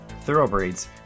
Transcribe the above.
thoroughbreds